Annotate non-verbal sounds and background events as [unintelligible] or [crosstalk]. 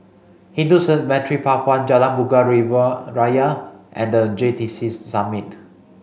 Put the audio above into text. Hindu Cemetery Path one Jalan Bunga [unintelligible] Raya and the J T C Summit